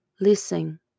listen